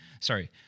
Sorry